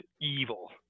evil